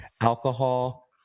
alcohol